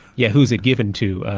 yeah who's it given to?